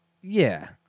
yeah-